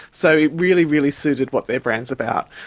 so it really, really suited what their brand's about.